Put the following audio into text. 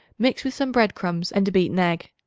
mix with some bread-crumbs and a beaten egg.